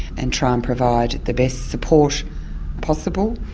and try and provide the best support possible,